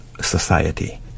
society